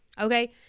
okay